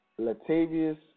Latavius